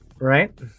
Right